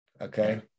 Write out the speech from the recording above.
Okay